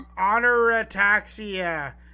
honorataxia